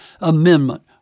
Amendment